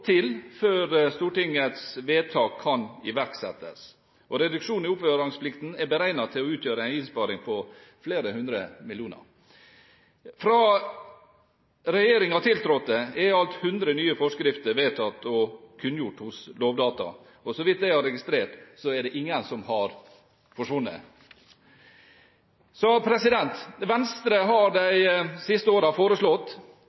til før Stortingets vedtak kan iverksettes. Reduksjonen i oppbevaringsplikten er beregnet til å utgjøre en innsparing på flere hundre millioner kroner. Fra regjeringen tiltrådte, er i alt 100 nye forskrifter vedtatt, og de er kunngjort hos Lovdata. Så vidt jeg har registrert, er det ingen som har forsvunnet. Venstre har